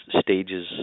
stages